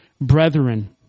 brethren